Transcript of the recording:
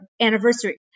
anniversary